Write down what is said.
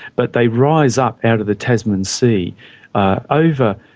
but they rise up out of the tasman sea over